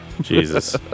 Jesus